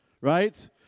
right